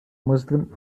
muslim